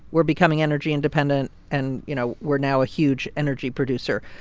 we're becoming energy independent, and, you know, we're now a huge energy producer.